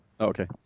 Okay